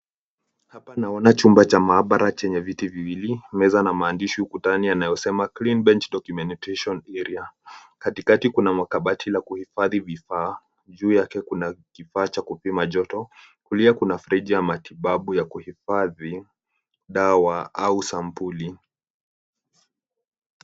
Hapa naona chumba cha maabara chenye viti viwili meza na maandishi ukutani yanayosema Clean Bench Documentation Area , katikati kuna makabati la kuhifadhi vifaa, juu yake kuna kifaa cha kupima joto, kulia kuna friji ya matibabu ya kuhifadhi dawa au sampuli.